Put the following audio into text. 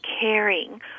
caring